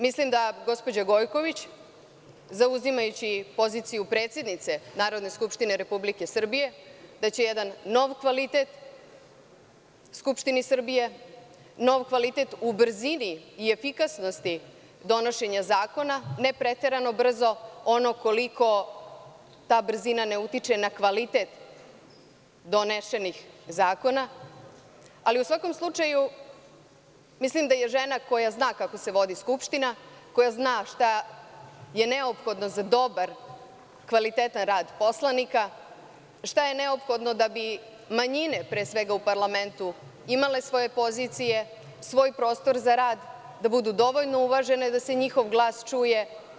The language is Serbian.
Mislim da gospođa Gojković, zauzimajući poziciju predsednice Narodne skupštine Republike Srbije, daće jedan nov kvalitet Skupštini Srbije, nov kvalitet u brzini i efikasnosti donošenja zakona, ne preterano brzo, ono koliko ta brzina ne utiče na kvalitet donešenih zakona, ali, u svakom slučaju, mislim da je žena koja zna kako se vodi skupština, koja zna šta je neophodno za dobar, kvalitetan rad poslanika, šta je neophodno da bi manjine pre svega u parlamentu imale svoje pozicije, svoj prostor za rad, da budu dovoljno uvažene, da se njihov glas čuje.